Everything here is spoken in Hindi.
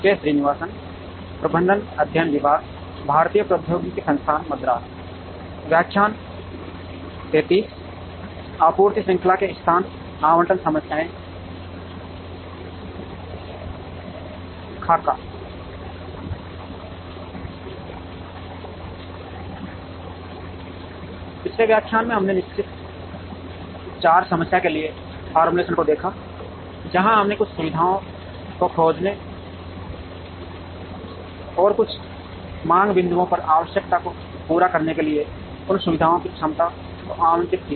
पिछले व्याख्यान में हमने निश्चित चार्ज समस्या के लिए फॉर्मूलेशन को देखा जहां हमने कुछ सुविधाओं को खोजने और कुछ मांग बिंदुओं पर आवश्यकता को पूरा करने के लिए उन सुविधाओं की क्षमता को आवंटित किया